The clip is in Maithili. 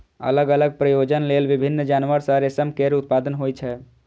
अलग अलग प्रयोजन लेल विभिन्न जानवर सं रेशम केर उत्पादन होइ छै